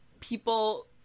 people